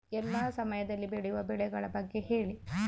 ಎಲ್ಲಾ ಸಮಯದಲ್ಲಿ ಬೆಳೆಯುವ ಬೆಳೆಗಳ ಬಗ್ಗೆ ಹೇಳಿ